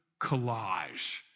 collage